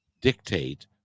dictate